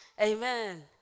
Amen